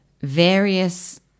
various